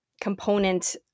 component